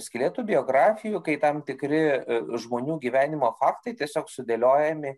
skylėtų biografijų kai tam tikri žmonių gyvenimo faktai tiesiog sudėliojami